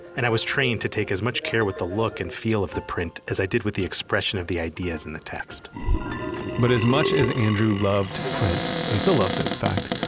and i was trained to take as much care with the look and feel of the print as i did with the expression of the ideas in the text but as much as andrew loved print, he still loves it, in fact,